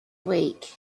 week